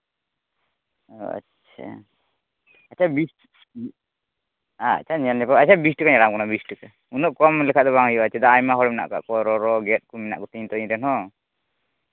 ᱟᱪᱪᱷᱟ ᱟᱪᱪᱷᱟ ᱵᱤᱥ ᱟᱪᱪᱷᱟ ᱧᱮᱞ ᱧᱮᱯᱮᱞ ᱟᱪᱪᱷᱟ ᱵᱤᱥ ᱴᱟᱠᱟᱧ ᱟᱲᱟᱜᱼᱟᱢ ᱠᱟᱱᱟ ᱵᱤᱥ ᱴᱟᱠᱟ ᱩᱱᱟᱹᱜ ᱠᱚᱢ ᱞᱮᱠᱷᱟᱱ ᱵᱟᱝ ᱦᱩᱭᱩᱜᱼᱟ ᱪᱮᱫᱟᱜ ᱟᱭᱢᱟ ᱦᱚᱲ ᱢᱱᱟᱜ ᱠᱟᱜ ᱠᱚᱣᱟ ᱨᱚᱨᱚ ᱜᱮᱫ ᱠᱚ ᱢᱮᱱᱟᱜ ᱠᱚᱛᱤᱧᱟᱛᱚ ᱤᱧ ᱨᱮᱱ ᱦᱚᱸ